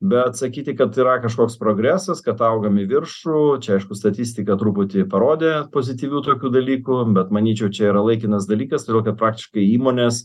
bet sakyti kad yra kažkoks progresas kad augam į viršų čia aišku statistika truputį parodė pozityvių tokių dalykų bet manyčiau čia yra laikinas dalykas todėl kad praktiškai įmonės